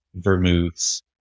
vermouths